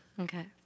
Okay